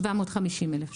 750,000 ₪.